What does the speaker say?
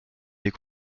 des